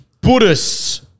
Buddhists